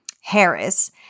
Harris